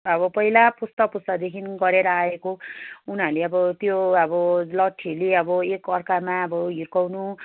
अब पहिला पुस्ता पुस्तादेखि गरेर आएको उनीहरूले अब त्यो अब लट्ठीले अब एकअर्कामा अब हिर्काउनु